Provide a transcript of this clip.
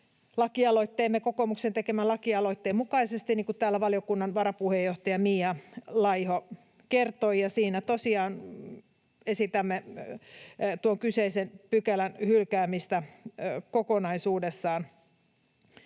lakialoitteemme, kokoomuksen tekemän lakialoitteen, mukaisesti, niin kuin täällä valiokunnan varapuheenjohtaja Mia Laiho kertoi. Siinä tosiaan esitämme tuon kyseisen pykälän hylkäämistä kokonaisuudessaan.